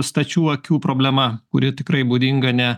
stačių akių problema kuri tikrai būdinga ne